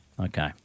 Okay